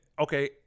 Okay